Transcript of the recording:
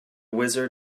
wizard